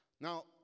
Now